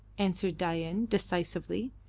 answered dain, decisively.